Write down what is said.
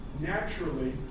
Naturally